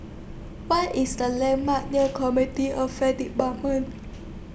What IS The landmarks near comedy Affairs department